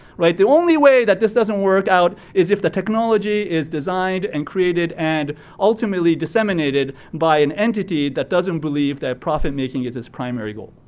right? the only way that this doesn't work out is if the technology is designed, and created, and ultimately disseminated by an entity that doesn't believe that profit-making is its primary goal.